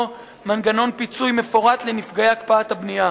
מנגנון פיצוי מפורט לנפגעי הקפאת הבנייה.